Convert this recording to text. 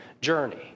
journey